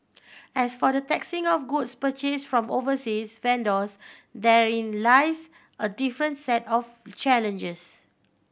as for the taxing of goods purchase from overseas vendors therein lies a different set of challenges